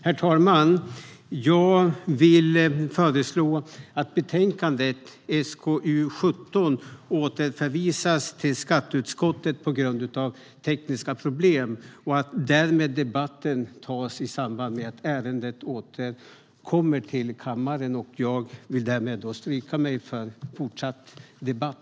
Herr talman! Jag vill föreslå att betänkandet SkU17 återförvisas till skatteutskottet på grund av tekniska problem och att debatten därmed tas i samband med att ärendet återkommer till kammaren. Jag avstår därför från fortsatt debatt.